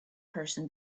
person